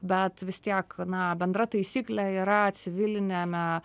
bet vis tiek na bendra taisyklė yra civiliniame